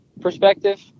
perspective –